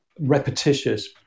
repetitious